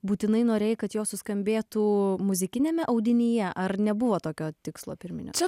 būtinai norėjai kad jos suskambėtų muzikiniame audinyje ar nebuvo tokio tikslo pirminio